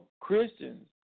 Christians